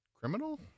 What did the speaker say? Criminal